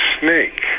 snake